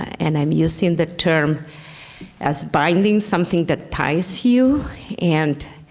and i'm using the term as binding something that ties you and